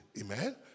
Amen